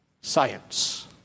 Science